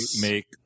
make